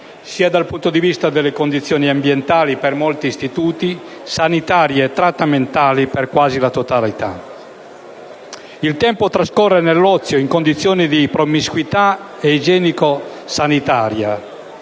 sia dal punto di vista delle condizioni sanitarie e trattamentali, per quasi la totalità. Il tempo trascorre nell'ozio, in condizioni di promiscuità e igienico-sanitarie